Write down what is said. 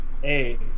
Hey